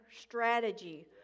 strategy